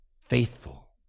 faithful